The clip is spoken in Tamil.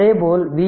அதேபோல் Va 5 i5Ω